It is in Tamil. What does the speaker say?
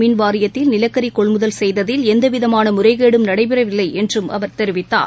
மின்வாரியத்தில் நிலக்கரிகொள்முதல் செய்ததில் எந்தவிதமானமுறைகேடும் நடைபெறவில்லைஎன்றும் அவர் தெரிவித்தார்